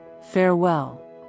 farewell